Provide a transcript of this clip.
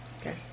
Okay